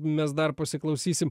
mes dar pasiklausysim